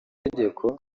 tegeko